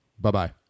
Bye-bye